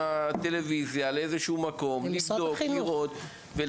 הטלוויזיה לאיזה שהוא מקום ולבדוק מה קורה שם.